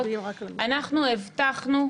אנחנו הבטחנו,